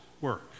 work